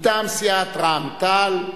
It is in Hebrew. מטעם סיעת רע"ם-תע"ל,